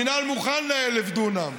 המינהל מוכן ל-1,000 דונם,